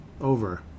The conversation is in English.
over